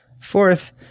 fourth